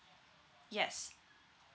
yes